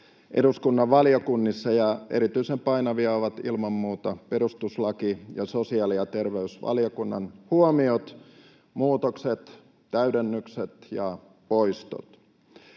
eduskunnan valiokunnissa, ja erityisen painavia ovat ilman muuta perustuslaki- ja sosiaali- ja terveysvaliokunnan huomiot, muutokset, täydennykset ja poistot.